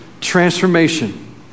transformation